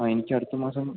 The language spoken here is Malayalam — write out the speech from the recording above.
ആ എനിക്ക് അടുത്ത മാസം